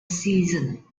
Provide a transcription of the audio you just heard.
season